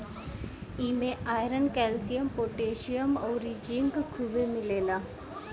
इमे iron, calcium, potassium अउरी zinc खुबे मिलेला